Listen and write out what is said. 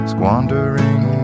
Squandering